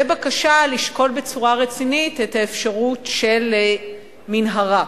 ובקשה לשקול בצורה רצינית את האפשרות של מנהרה.